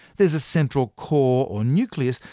there's a central core or nucleus,